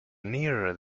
nearer